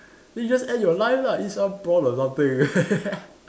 then you just add your life lah eat some prawn or something